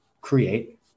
create